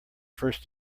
first